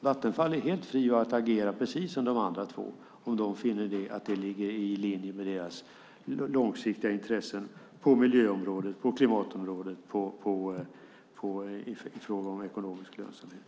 Vattenfall är helt fritt att agera precis som de andra två om de finner att det ligger i linje med deras långsiktiga intressen på miljöområdet, på klimatområdet och i fråga om ekonomisk lönsamhet.